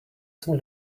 some